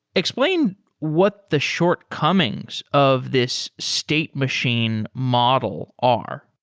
explain what the shortcomings of this state machine model are.